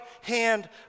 hand